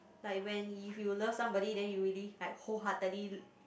like when if you love somebody then you really like whole heartedly